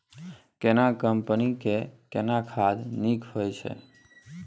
केना कंपनी के केना खाद नीक होय छै?